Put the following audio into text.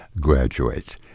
graduate